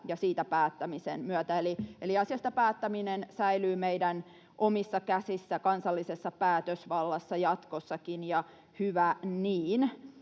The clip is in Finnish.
ja siitä päättämisen myötä, eli asiasta päättäminen säilyy meidän omissa käsissä ja kansallisessa päätösvallassa jatkossakin, ja hyvä niin.